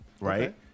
right